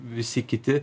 visi kiti